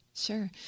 Sure